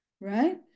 right